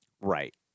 Right